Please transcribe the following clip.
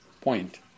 point